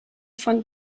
von